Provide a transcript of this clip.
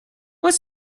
what